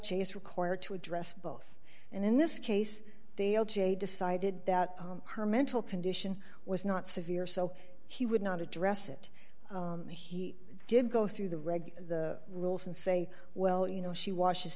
re required to address both and in this case they decided that her mental condition was not severe so he would not address it and he did go through the reg rules and say well you know she washes